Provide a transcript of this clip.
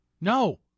No